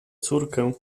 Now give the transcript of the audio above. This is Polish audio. córkę